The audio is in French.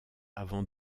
avant